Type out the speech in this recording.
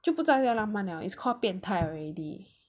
就不叫一个浪漫 liao is called 变态 already